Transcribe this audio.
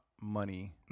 money